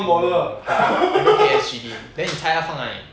no lah 他全部给 S_G_D then 你猜他放哪里